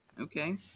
okay